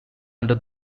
under